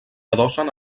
adossen